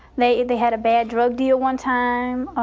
they they had a bad drug deal one time